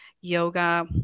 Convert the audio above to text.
yoga